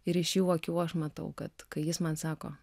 ir iš jų akių aš matau kad kai jis man sako